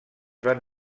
van